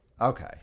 Okay